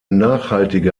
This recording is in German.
nachhaltige